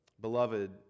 Beloved